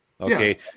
Okay